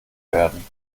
werden